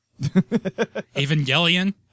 Evangelion